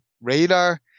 radar